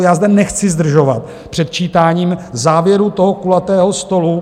Já zde nechci zdržovat předčítáním závěru toho kulatého stolu.